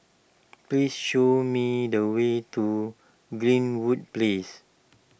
please show me the way to Greenwood Place